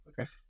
Okay